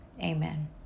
Amen